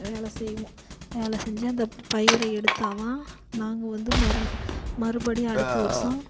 வேலை செய்வோம் வேலை செஞ்சு அந்த பயிரை எடுத்தால் தான் நாங்கள் வந்து மருனும் மறுபுடியும் அடுத்த வருஸம்